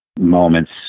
moments